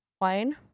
Wine